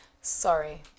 sorry